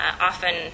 Often